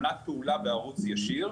עמלת פעולה בערוץ ישיר,